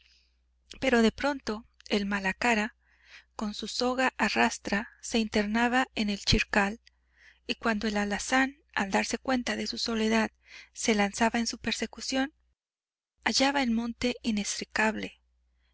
pero de pronto el malacara con su soga a rastra se internaba en el chircal y cuando el alazán al darse cuenta de su soledad se lanzaba en su persecución hallaba el monte inextricable